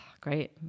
Great